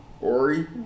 Ori